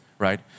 right